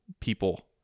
people